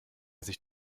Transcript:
sich